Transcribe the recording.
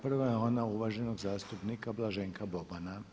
Prva je ona uvaženog zastupnika Blaženka Bobana.